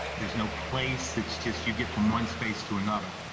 there's no place, it's just you get from one space to another.